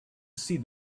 see